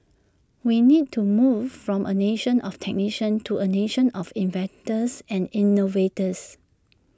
we need to move from A nation of technicians to A nation of inventors and innovators